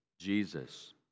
Jesus